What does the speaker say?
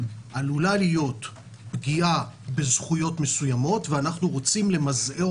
עלולה להיות פגיעה בזכויות מסוימות ואנחנו רוצים למזער